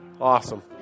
Awesome